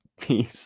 Peace